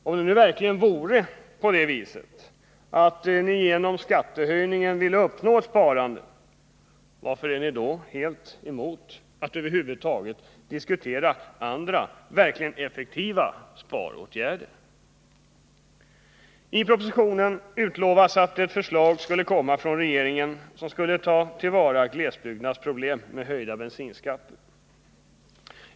Om det nu verkligen vore så, att ni genom skattehöjningen vill uppnå ett sparande, varför är ni då helt emot att över huvud taget diskutera andra verkligen effektiva sparåtgärder? I propositionen utlovas att ett förslag skulle komma från regeringen, som skulle ta till vara glesbygdernas problem med höjda bensinskatter.